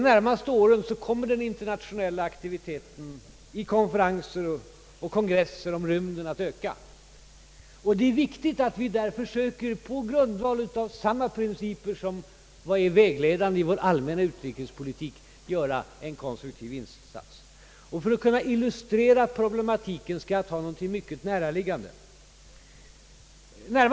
De närmaste åren kommer den internationella aktiviteten i konferenser och kongresser om rymden att öka. Det är viktigt att Sverige i enlighet med de principer, som har varit vägledande i vår allmänna utrikespolitik, gör en konstruktiv insats. För att illustrera hur det går till i praktiken skall jag ta ett mycket näraliggande exempel.